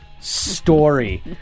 story